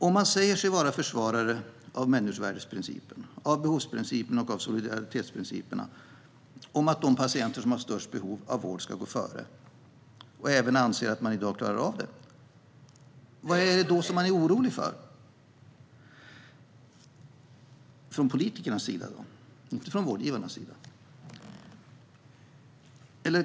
Om man säger sig vara försvarare av människovärdesprincipen, behovsprincipen och solidaritetsprincipen, om att de patienter som har störst behov av vård ska gå före, och om man även anser att man i dag klarar av det, vad är det då politikerna är oroliga för?